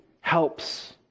helps